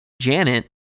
Janet